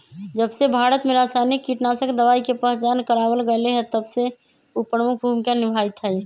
जबसे भारत में रसायनिक कीटनाशक दवाई के पहचान करावल गएल है तबसे उ प्रमुख भूमिका निभाई थई